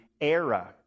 era